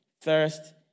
Thirst